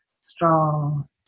strong